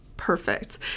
perfect